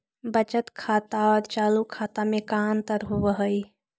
बचत खाता और चालु खाता में का अंतर होव हइ?